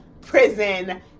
prison